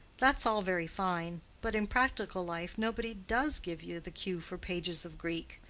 that's all very fine, but in practical life nobody does give you the cue for pages of greek.